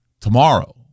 tomorrow